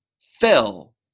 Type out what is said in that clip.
fell